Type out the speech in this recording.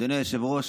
אדוני היושב-ראש,